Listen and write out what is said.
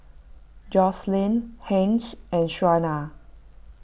Joselin Hence and Shawnna